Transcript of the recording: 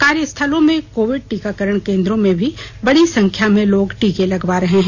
कार्यस्थलों में कोविड टीकाकरण केन्द्रों में भी बड़ी संख्या में लोग टीके लगवा रहे हैं